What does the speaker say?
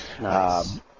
Nice